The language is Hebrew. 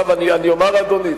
אני אומר לאדוני,